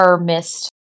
missed